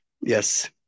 Yes